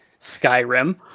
Skyrim